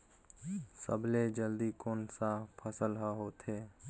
सबले जल्दी कोन सा फसल ह होथे?